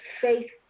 faith